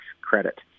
credit